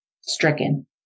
Stricken